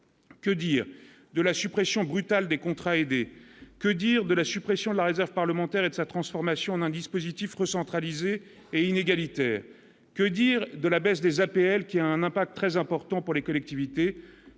que dire de la suppression brutale des contrats aidés, que dire de la suppression de la réserve parlementaire et de sa transformation en un dispositif recentraliser et inégalitaire, que dire de la baisse des APL qui a un impact très important pour les collectivités,